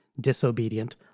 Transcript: disobedient